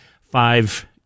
five